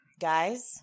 guys